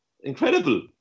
incredible